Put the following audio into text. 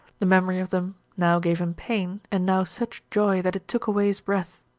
the memory of them now gave him pain and now such joy that it took away his breath.